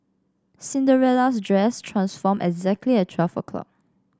Cinderella's dress transformed exactly at twelve o'clock